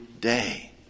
day